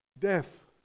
Death